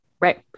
right